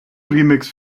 remix